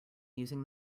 using